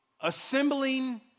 assembling